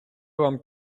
вам